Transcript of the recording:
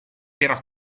era